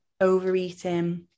overeating